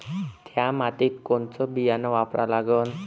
थ्या मातीत कोनचं बियानं वापरा लागन?